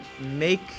make